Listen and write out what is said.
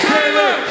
Taylor